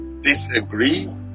disagree